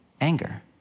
Anger